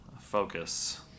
Focus